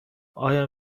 آیا